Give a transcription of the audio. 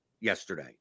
yesterday